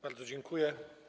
Bardzo dziękuję.